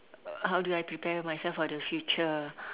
how do I prepare myself for the future